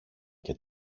και